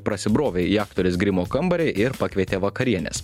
prasibrovė į aktorės grimo kambarį ir pakvietė vakarienės